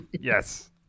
Yes